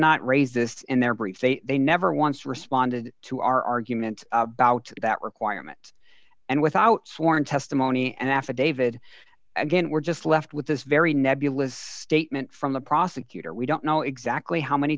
not raise this in their brief they never once responded to our argument about that requirement and without sworn testimony and affidavit again we're just left with this very nebulous statement from the prosecutor we don't know exactly how many